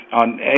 on